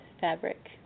fabric